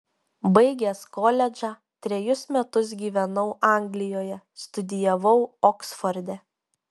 baigęs koledžą trejus metus gyvenau anglijoje studijavau oksforde